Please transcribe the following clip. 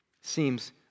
Seems